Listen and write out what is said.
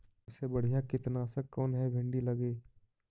सबसे बढ़िया कित्नासक कौन है भिन्डी लगी?